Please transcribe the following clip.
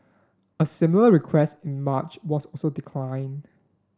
a similar request in March was also declined